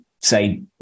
say